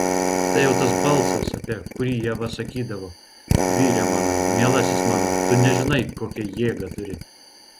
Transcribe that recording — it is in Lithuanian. tai jau tas balsas apie kurį ieva sakydavo vyre mano mielasis mano tu nežinai kokią jėgą turi